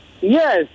Yes